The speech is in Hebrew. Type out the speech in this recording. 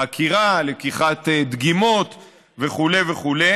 חקירה, לקיחת דגימות וכו' וכו'.